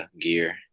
gear